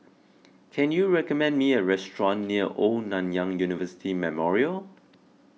can you recommend me a restaurant near Old Nanyang University Memorial